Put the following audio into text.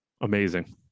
Amazing